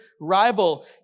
rival